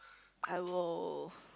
I will